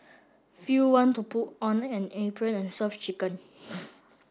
few want to put on an apron and serve chicken